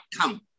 come